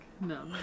No